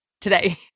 today